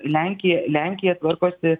lenkija lenkija tvarkosi